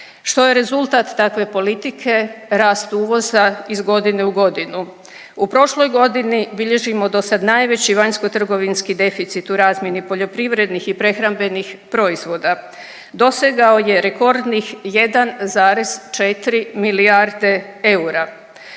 Što je rezultat takve politike? Rast uvoza iz godine u godinu. U prošloj godini bilježimo do sad najveći vanjsko trgovinski deficit u razmjeni poljoprivrednih i prehrambenih proizvoda. Dosegao je rekordnih 1,4 milijarde eura.